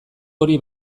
hori